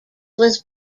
was